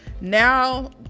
now